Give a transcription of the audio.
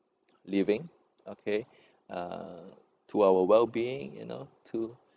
living okay uh to our well being you know to